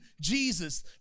Jesus